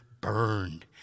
burned